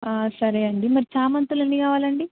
సరే అండి మరి చామంతులు ఎన్నికావాలండి